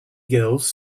girls